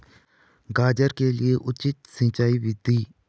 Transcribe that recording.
गाजर के लिए उचित सिंचाई विधि?